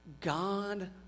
God